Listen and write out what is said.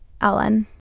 Alan